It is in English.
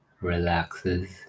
relaxes